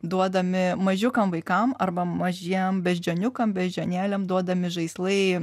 duodami mažiukam vaikam arba mažiem beždžioniukam beždžionėlėm duodami žaislai